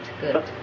good